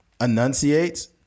enunciates